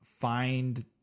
find